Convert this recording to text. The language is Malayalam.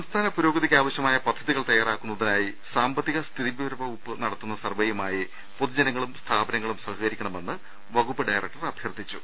സംസ്ഥാന പുരോഗതിക്കാവശ്യമായ പദ്ധതികൾ തയ്യാറാക്കുന്ന തിനായി സാമ്പത്തിക സ്ഥിതിവിവര വകുപ്പ് നടത്തുന്ന സർവെയു മായി പൊതുജനങ്ങളും സ്ഥാപനങ്ങളും സഹകരിക്കണമെന്ന് വകുപ്പ് ഡയറക്ടർ അഭ്യർത്ഥിച്ചു